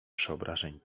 przeobrażeń